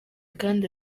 kandi